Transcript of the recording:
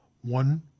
one